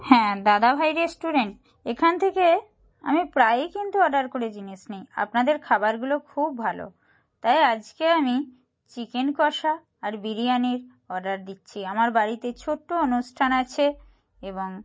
হ্যাঁ দাদাভাই রেস্টুরেন্ট এখান থেকে আমি প্রায়ই কিন্তু অর্ডার করে জিনিস নিই আপনাদের খাবারগুলো খুব ভালো তাই আজকে আমি চিকেন কষা আর বিরিয়ানির অর্ডার দিচ্ছি আমার বাড়িতে ছোট্ট অনুষ্ঠান আছে এবং